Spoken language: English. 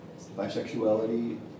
bisexuality